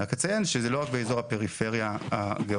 אני רק אציין שזה לא באזור הפריפריה הגיאוגרפית,